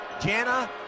Jana